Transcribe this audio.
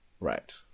Right